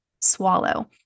swallow